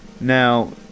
now